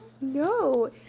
No